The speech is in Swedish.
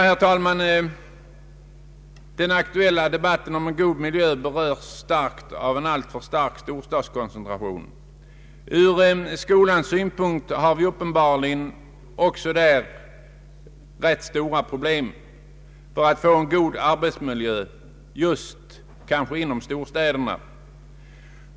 Herr talman! Den aktuella debatten om en god miljö berörs i hög grad av en alltför stark storstadskoncentration. Vad skolan beträffar har vi också där uppenbarligen rätt stora problem med att få en god arbetsmiljö inom skolor just i storstäderna.